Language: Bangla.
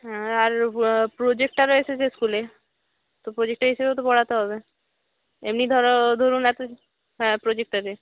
হ্যাঁ আর প্রজেক্টরও এসেছে স্কুলে তো প্রজেক্টর হিসেবেও তো পড়াতে হবে এমনি ধরো ধরুন এখন হ্যাঁ প্রজেক্টরে